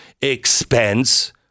expense